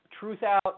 Truthout